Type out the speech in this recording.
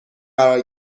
قرار